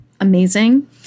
amazing